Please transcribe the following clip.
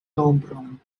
nombron